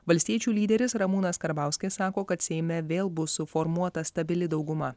valstiečių lyderis ramūnas karbauskis sako kad seime vėl bus suformuota stabili dauguma